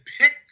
pick